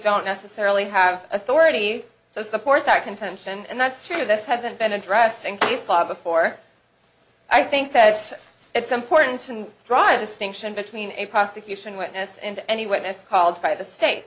don't necessarily have authority to support that contention and that's true this hasn't been addressed in the spot before i think that it's it's important and dr distinction between a prosecution witness and any witness called by the state